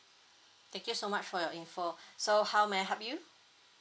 thank you so much for your info so how may I help you